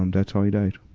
um that's how he died.